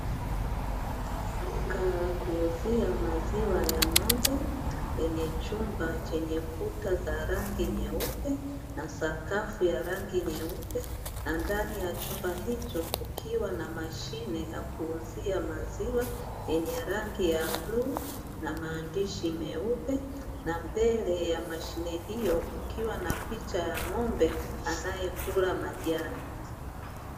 Duka la kuuzia maziwa ya ng'ombe lenye chumba chenye kuta za rangi nyeupe, na sakafu ya rangi nyeupe, na ndani ya chumba hicho kukiwa na mashine ya kuuzia maziwa yenye rangi ya bluu na maandishi meupe. Na mbele ya mashine hiyo kukiwa na picha ya ng'ombe anayekula majani.